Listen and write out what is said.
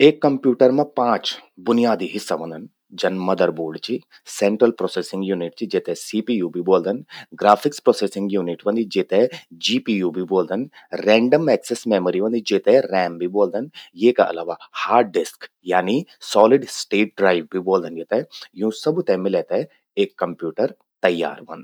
एक कंप्यूटर मां पांच बुनियादी हिस्सा व्हंदन। जन मदर बोर्ड चि, सेंट्रल प्रोसेसिंग यूनिट चि जेते सीपीयू भी बवोल्दन। ग्राफिक्स प्रोसेसिंग यूनिट व्हंदि जेते जीपीयू भी ब्वोल्दन। रेंडम एक्सेस मेमरी व्हंदि जेते रैम भई ब्वोल्दन। येका अलावा हार्ड डिस्क यानी सॉलिड स्टेट ड्राइव भी ब्वोल्दन जेते। यूं सभ्यूं ते मिलै ते एक कंप्यूटर तैयार व्हंद।